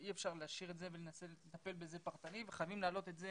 שאי אפשר להשאיר את זה ולנסות לטפל בזה פרטני וחייבים להעלות את זה